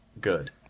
good